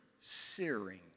searing